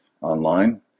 online